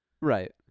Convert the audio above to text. right